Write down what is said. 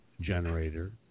generator